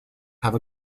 have